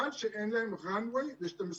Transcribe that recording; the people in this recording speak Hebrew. אבל שאין להם run way ל-12 חודשים.